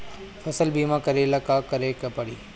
फसल बिमा करेला का करेके पारी?